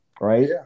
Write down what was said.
right